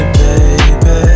baby